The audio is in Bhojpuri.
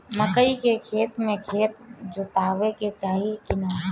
मकई के खेती मे खेत जोतावे के चाही किना?